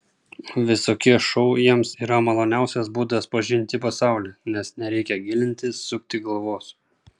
visokie šou jiems yra maloniausias būdas pažinti pasaulį nes nereikia gilintis sukti galvos